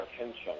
attention